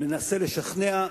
ננסה לשכנע,